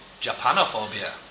Japanophobia